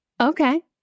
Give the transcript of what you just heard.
okay